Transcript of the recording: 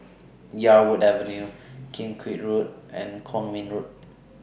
Yarwood Avenue Kim Keat Road and Kwong Min Road